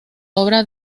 obra